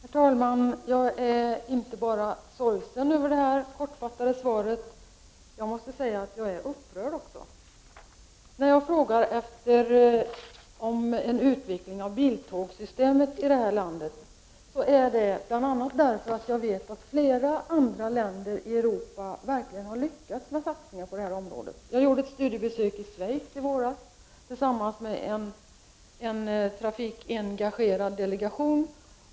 Herr talman! Jag är inte bara sorgsen över det kortfattade svaret; jag måste säga att jag också är upprörd. När jag frågar efter en utveckling av biltågssystemet i det här landet, är det bl.a. därför att jag vet att flera andra länder i Europa verkligen har lyckats med satsningar på sådant. Jag gjorde ett studiebesök i Schweiz i våras tillsammans med en trafikengagerad delegation.